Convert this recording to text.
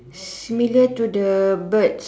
similar to the birds